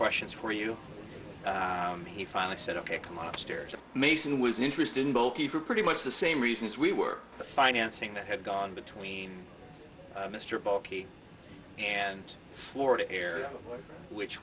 questions for you he finally said ok come up stairs a mason was interested in bulky for pretty much the same reasons we were the financing that had gone between mr balky and florida area which